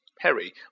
Harry